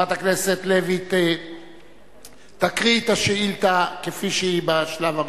חברת הכנסת לוי תקריא את השאילתא כפי שהיא בשלב הראשון,